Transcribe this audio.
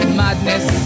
madness